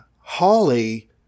Holly